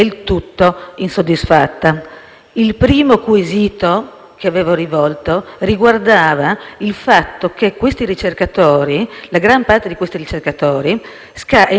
quesito che avevo rivolto riguardava il fatto che la gran parte di questi ricercatori è in scadenza il 31 dicembre 2018.